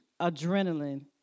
adrenaline